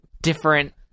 different